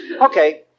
okay